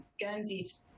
Guernsey's